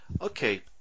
Okay